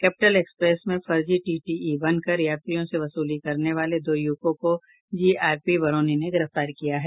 capital Express में फर्जी TTE बनकर यात्रियों से वसूली करने वाले दो युवकों को जीआरपी बरौनी ने गिरफ्तार किया है